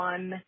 One